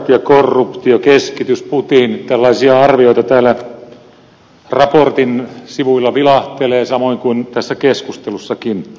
byrokratia korruptio keskitys putin tällaisia arvioita täällä raportin sivuilla vilahtelee samoin kuin tässä keskustelussakin